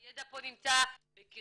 הידע פה נמצא בקרבי,